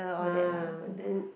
ah then